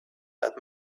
that